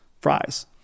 fries